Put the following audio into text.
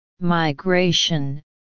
migration